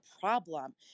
problem